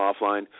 offline